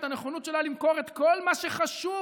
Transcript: את הנכונות שלה למכור את כל מה שחשוב